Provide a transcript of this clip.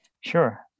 Sure